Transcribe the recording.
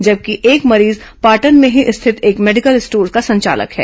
जबकि एक मरीज पाटन में ही स्थित एक मेडिकल स्टोर्स का संचालक है